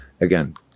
Again